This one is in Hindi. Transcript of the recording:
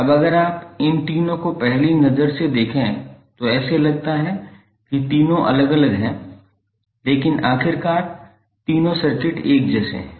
अब अगर आप इन तीनों को पहली नज़र से देखें तो ऐसा लगता है कि तीनों अलग अलग हैं लेकिन आखिरकार तीनों सर्किट एक जैसे हैं